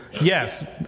yes